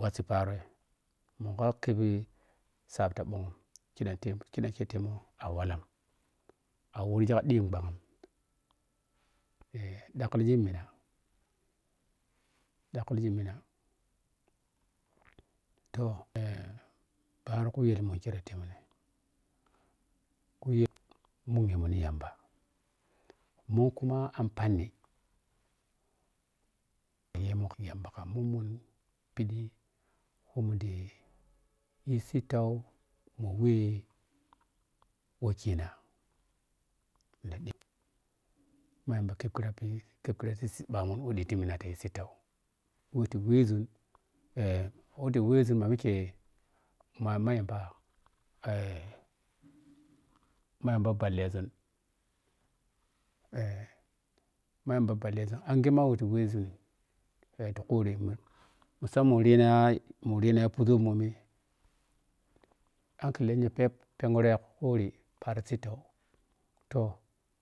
Wasii paaroi muka khebi saapya phug te kidah etemua a wallam a woghi ka ɗigig ɓhag eh ɗaggkiligi mina ɗaggikiligi mina toh eh paaro khugdimun tire temine kuyel muguemunni tamba mu kuma ampanni yi mu ka yambakamunmun phiɗi wo mundi yi sitau muwe wekina we ta ma yamba kep kira phi kep kirati siibamun we tita minata yi sittaweti wezun eh weti wezun ma mike ma ma yamba eh ma yamba bhallezun eh ma yamba bhallezun a ma we ta wezun eh ti kuri mun mussan murina murina ya puzo mani hankali lenya phep pheghiro ya kuri paari sittau toh